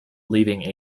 leaving